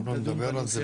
אנחנו נדבר על זה,